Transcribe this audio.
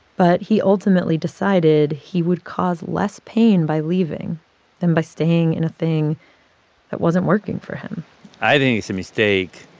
but he ultimately decided he would cause less pain by leaving than by staying in a thing that wasn't working for him i think it's a mistake.